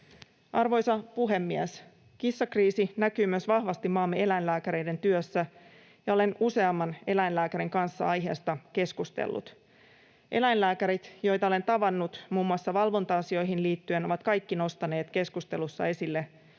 Arvoisa puhemies! Kissakriisi näkyy myös vahvasti maamme eläinlääkäreiden työssä, ja olen useamman eläinlääkärin kanssa aiheesta keskustellut. Eläinlääkärit, joita olen tavannut muun muassa valvonta-asioihin liittyen, ovat kaikki nostaneet keskustelussa esille